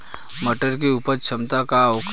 मटर के उपज क्षमता का होखे?